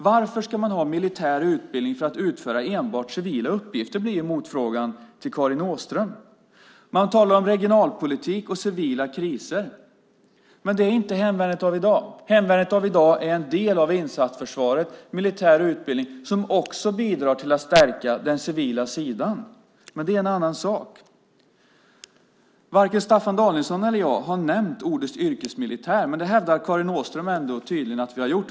Varför ska man ha militär utbildning för att utföra enbart civila uppgifter, blir motfrågan till Karin Åström. Man talar om regionalpolitik och civila kriser. Det är inte hemvärnet av i dag. Hemvärnet av i dag är en del av insatsförsvarets militära utbildning som också bidrar till att stärka den civila sidan. Men det är en annan sak. Varken Staffan Danielsson eller jag har nämnt ordet yrkesmilitär, men det hävdar Karin Åström ändå att vi tydligen har gjort.